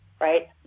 right